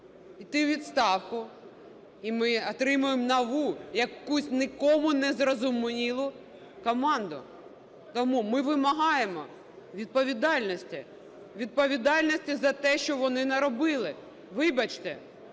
іти у відставку. І ми отримаємо нову якусь, нікому не зрозумілу команду. Тому ми вимагаємо відповідальності. Відповідальності за те, що вони наробили. Вибачте,